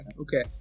Okay